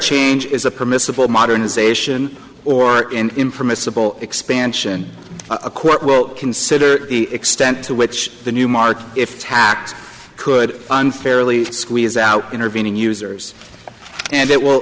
change is a permissible modernization or in in from a simple expansion a quote consider the extent to which the new market if tax could unfairly squeeze out intervening users and it will